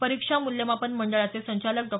परीक्षा मूल्यमापन मंडळाचे संचालक डॉ